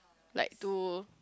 like to